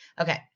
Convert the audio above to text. Okay